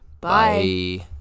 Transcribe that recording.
Bye